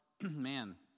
man